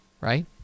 Right